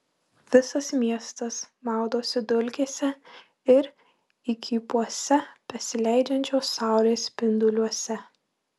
visas miestas maudosi dulkėse ir įkypuose besileidžiančios saulės spinduliuose